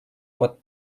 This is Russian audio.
под